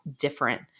different